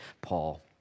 Paul